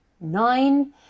nine